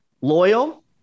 loyal